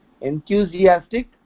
enthusiastic